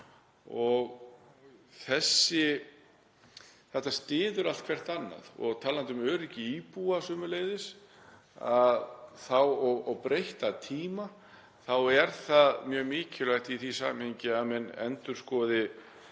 vöntun. Þetta styður allt hvert annað. Talandi um öryggi íbúa sömuleiðis og breytta tíma þá er mjög mikilvægt í því samhengi að þingið endurskoði